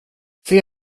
säg